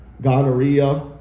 gonorrhea